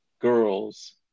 girls